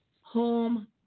Home